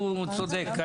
הוא צודק.